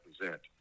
represent